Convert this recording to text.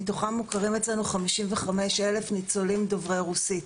מתוכם מוכרים אצלנו 55 אלף ניצולים דוברי רוסית,